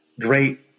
great